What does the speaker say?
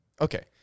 Okay